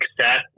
set